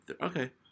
okay